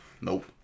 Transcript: Nope